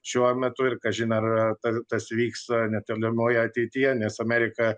šiuo metu ir kažin ar tas vyks netolimoje ateityje nes amerika